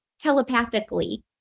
telepathically